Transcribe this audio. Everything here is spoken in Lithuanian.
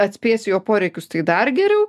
atspėsi jo poreikius tai dar geriau